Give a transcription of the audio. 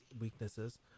weaknesses